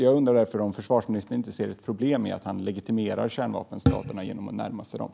Jag undrar därför om försvarsministern inte ser ett problem i att han legitimerar kärnvapenstaterna genom att närma sig dem.